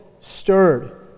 stirred